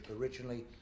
originally